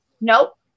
Nope